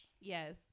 Yes